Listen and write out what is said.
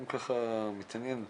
ככה מתעניין.